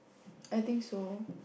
I think so